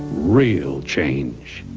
real change.